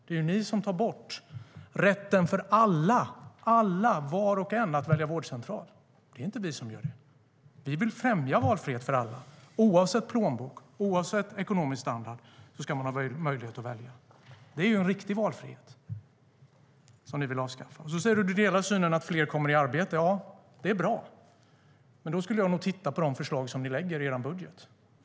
Det är ni som tar bort rätten för alla att välja vårdcentral. Det är inte vi som gör det. Vi vill främja valfrihet för alla. Oavsett plånbok och ekonomisk standard ska man ha möjlighet att välja. Det är ju en riktig valfrihet, som ni nu vill avskaffa. Du säger att du delar synen att fler kommer i arbete. Ja, det är bra. Men då skulle jag titta på de förslag som ni lägger fram i er budget.